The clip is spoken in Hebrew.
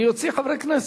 אני אוציא חברי כנסת.